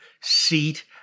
seat